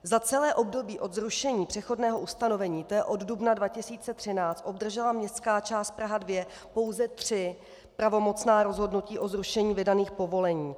Za celé období od zrušení přechodného ustanovení, to je od dubna 2013, obdržela městská část Praha 2 pouze tři pravomocná rozhodnutí o zrušení vydaných povolení.